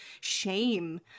shame